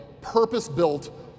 purpose-built